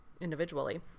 individually